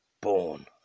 born